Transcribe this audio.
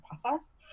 process